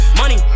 money